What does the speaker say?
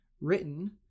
written